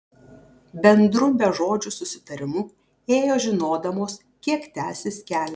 bendru bežodžiu susitarimu ėjo žinodamos kiek tęsis kelias